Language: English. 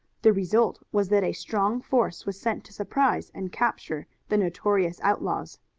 the result was that a strong force was sent to surprise and capture the notorious outlaws.